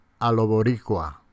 Aloboricua